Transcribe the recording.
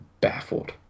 baffled